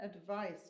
advice